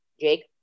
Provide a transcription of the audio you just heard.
Jake